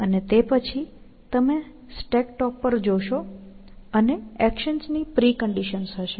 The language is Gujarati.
અને તે પછી તમે સ્ટેક ટોપ પર જોશો અને એક્શન્સની પ્રિકન્ડિશન્સ હશે